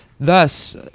Thus